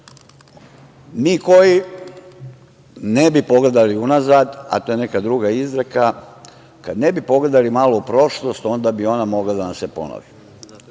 Mi koji ne bi pogledali unazad, a to je neka druga izreka, kada ne bi pogledali malo u prošlost, onda bi ona mogla da nam se ponovi.